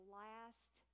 last